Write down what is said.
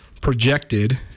projected